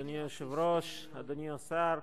אדוני היושב-ראש, אדוני השר,